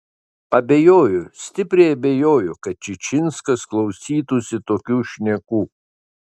abejoju stipriai abejoju kad čičinskas klausytųsi tokių šnekų